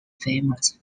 famous